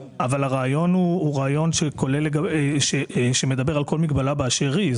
הרעיון מדבר על כל מגבלה באשר היא,